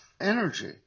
energy